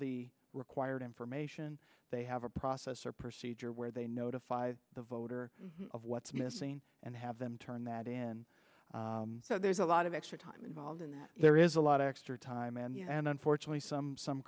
the required information they have a process or procedure where they notify the voter of what's missing and have them turn that in so there's a lot of extra time involved in that there is a lot of extra time and unfortunately some some